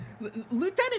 Lieutenant